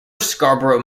scarborough